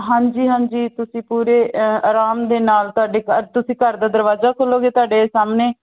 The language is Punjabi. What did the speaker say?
ਹਾਂਜੀ ਹਾਂਜੀ ਤੁਸੀਂ ਪੂਰੇ ਆਰਾਮ ਦੇ ਨਾਲ ਤੁਹਾਡੀ ਤੁਸੀਂ ਘਰ ਦਾ ਦਰਵਾਜ਼ਾ ਖੋਲੋਗੇ ਤੁਹਾਡੇ ਸਾਹਮਣੇ